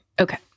Okay